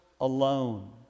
alone